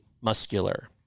muscular